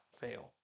fail